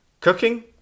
cooking